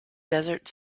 desert